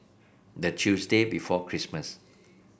the Tuesday before Christmas